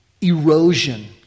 Erosion